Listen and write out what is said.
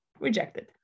rejected